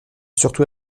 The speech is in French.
surtout